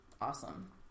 awesome